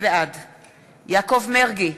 בעד יעקב מרגי,